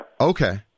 Okay